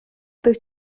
тих